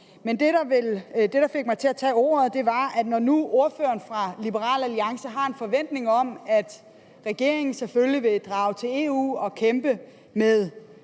Men det, der fik mig til at tage ordet, var, når nu ordføreren for Liberal Alliance har en forventning om, at regeringen selvfølgelig vil drage til EU og kæmpe med